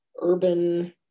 urban